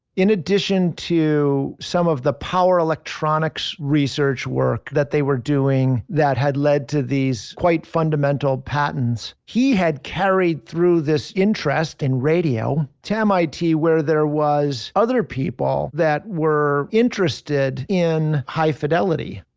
in addition to some of the power electronics research work that they were doing that had led to these quite fundamental patents, he had carried through this interest in radio to mit, where there was other people that were interested in high fidelity,